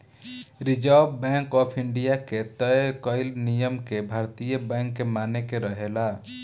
reserve Bank of India के तय कईल नियम के भारतीय बैंक के माने के रहेला